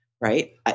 right